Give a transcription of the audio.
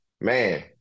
Man